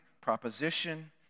proposition